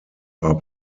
are